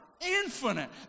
infinite